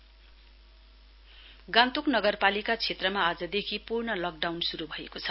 lockdown Gangtok नगरपालिका क्षेत्रमा आजदेखि पूर्ण लकडाउन श्रु भएको छ